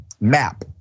map